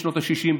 בשנות השישים,